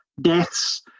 Deaths